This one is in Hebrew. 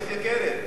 רק מתייקרת.